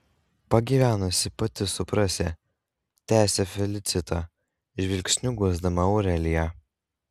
pagyvenusi pati suprasi tęsė felicita žvilgsniu guosdama aureliją